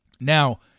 now